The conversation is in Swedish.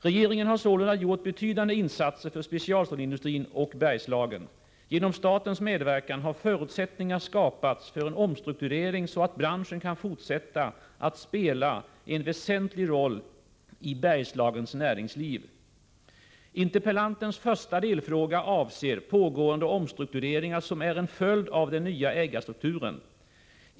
Regeringen har sålunda gjort betydande insatser för specialstålsindustrin och Bergslagen. Genom statens medverkan har förutsättningar skapats för en omstrukturering så att branschen kan fortsätta att spela en väsentlig roll i Bergslagens näringsliv. Interpellantens första delfråga avser pågående omstruktureringar som är en följd av den nya ägarstrukturen.